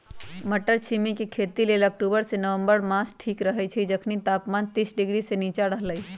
मट्टरछिमि के खेती लेल अक्टूबर से नवंबर मास ठीक रहैछइ जखनी तापमान तीस डिग्री से नीचा रहलइ